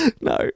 No